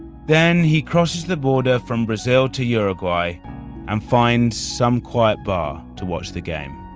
then he crosses the border from brazil to uruguay and finds some quiet bar to watch the game